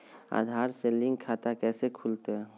आधार से लिंक खाता कैसे खुलते?